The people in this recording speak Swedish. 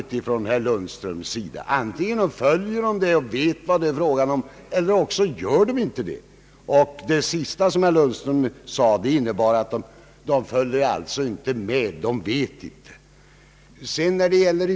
Antingen följer dessa människor med händelserna hemma och vet vad det är fråga om, eller också gör de det inte. Herr Lundströms senaste yttrande skulle innebära att de inte följer med och inte vet vad som gäller.